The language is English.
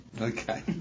okay